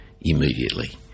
immediately